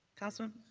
councilman